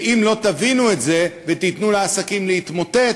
ואם לא תבינו את זה ותיתנו לעסקים להתמוטט,